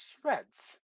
Shreds